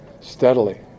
steadily